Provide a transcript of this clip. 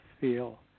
feel